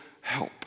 help